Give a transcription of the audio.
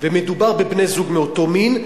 ומדובר בבני-זוג מאותו מין,